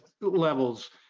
levels